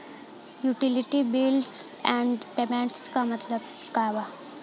Utility bills and payments क मतलब का बा?